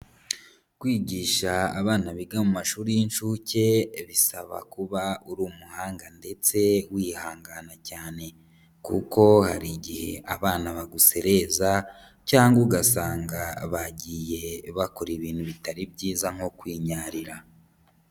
Kwigisha abana biga mu mashuri y'incuke bisaba kuba uri umuhanga ndetse wihangana cyane, kuko hari igihe abana bagusererereza cyangwa ugasanga bagiye bakora ibintu bitari byiza nko kwinyarira.